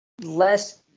less